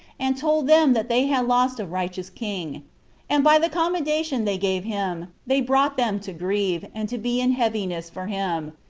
and told them that they had lost a righteous king and by the commendation they gave him, they brought them to grieve, and to be in heaviness for him,